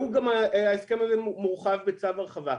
והוא גם ההסכם המורחב בצו הרחבה.